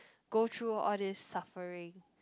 go through all these suffering